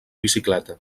bicicleta